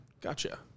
Gotcha